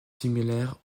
similaires